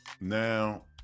now